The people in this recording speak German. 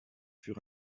für